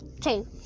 two